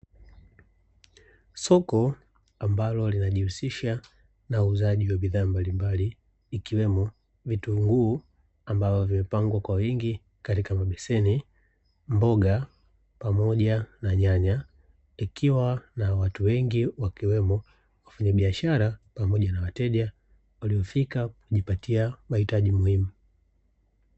Soko ambalo linajihusisha na uuzaji wa bidhaa mbalimbali ikiwemo vitunguu ambavyo vimepangwa kwa wingi katika mabeseni, mboga pamoja na nyanya. Ikiwa na watu wengi wakiwemo wafanyabishara pamoja na wateja, waliofika kujipatia mahitaji muhimu.